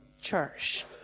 church